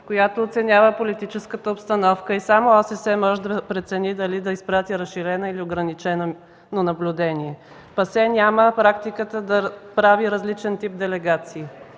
която оценява политическата обстановка. Само ОССЕ може да прецени дали да изпрати разширено, или ограничено наблюдение. ПАСЕ няма практиката да прави различен тип делегации.